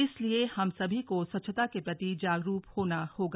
इसलिए हमे सभी को स्वच्छता के प्रति जागरूक करना होगा